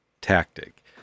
tactic